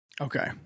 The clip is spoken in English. Okay